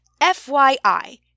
FYI